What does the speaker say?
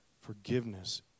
forgiveness